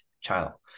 channel